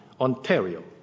Ontario